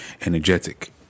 energetic